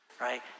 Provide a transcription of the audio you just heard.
Right